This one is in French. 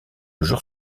jour